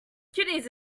kidneys